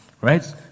Right